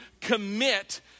commit